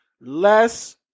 less